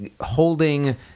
Holding